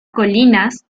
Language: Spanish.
colinas